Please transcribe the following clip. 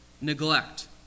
neglect